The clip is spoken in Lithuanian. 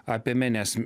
apėmė nes